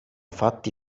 fatti